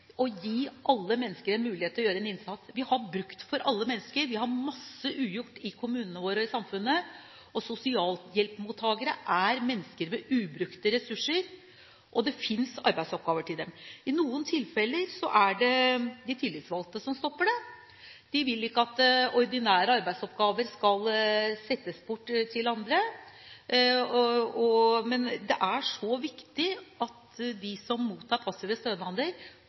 og gi alle mennesker en mulighet til å gjøre en innsats. Vi har bruk for alle mennesker. Vi har masse ugjort i kommunene våre og i samfunnet. Sosialhjelpsmottakere er mennesker med ubrukte ressurser, og det finnes arbeidsoppgaver til dem. I noen tilfeller er det de tillitsvalgte som stopper det. De vil ikke at ordinære arbeidsoppgaver skal settes bort til andre. Men det er så viktig at de som mottar passive